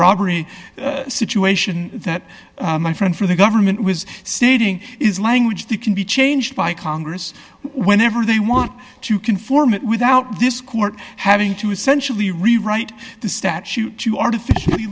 robbery situation that my friend from the government was stating is language the can be changed by congress whenever they want to conform it without this court having to essentially rewrite the statute to artificially